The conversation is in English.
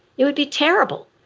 it would be terrible.